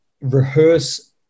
rehearse